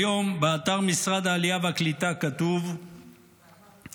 כיום באתר משרד העלייה והקליטה כתוב שהוא